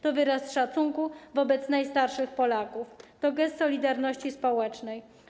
To wyraz szacunku wobec najstarszych Polaków, to gest solidarności społecznej.